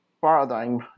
paradigm